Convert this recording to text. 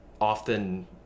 often